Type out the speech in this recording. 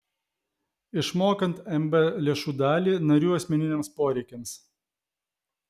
išmokant mb lėšų dalį narių asmeniniams poreikiams